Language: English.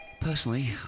Personally